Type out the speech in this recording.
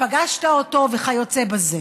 פגשת אותו וכיוצא בזה.